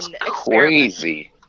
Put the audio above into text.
crazy